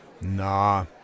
Nah